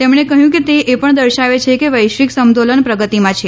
તેમણે કહ્યું કે તે એપણ દર્શાવે છે કે વૈશ્વિક સમતોલન પ્રગતિમાં છે